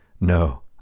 No